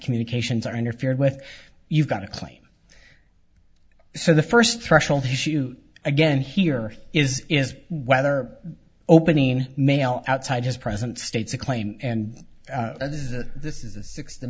communications are interfered with you've got a claim so the first threshold issue again here is is whether opening mail outside is present states a claim and this is the